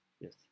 Yes